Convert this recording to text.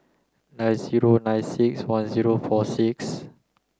nine zero nine six one zero four six